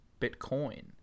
Bitcoin